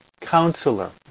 counselor